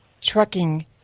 trucking